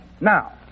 now